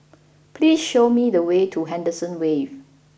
please show me the way to Henderson Wave